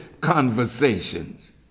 conversations